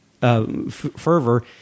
Fervor